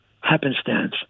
happenstance